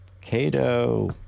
Cato